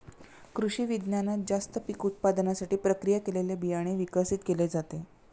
कृषिविज्ञानात जास्त पीक उत्पादनासाठी प्रक्रिया केलेले बियाणे विकसित केले जाते